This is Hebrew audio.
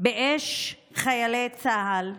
מאש חיילי צה"ל,